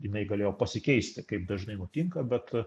jinai galėjo pasikeisti kaip dažnai nutinka bet